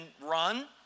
run